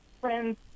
friends